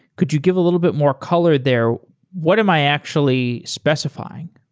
could you give a little bit more color there. what am i actually specifying?